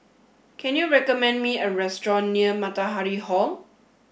can you recommend me a restaurant near Matahari Hall